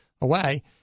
away